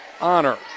Honor